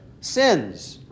sins